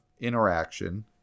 interaction